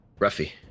Ruffy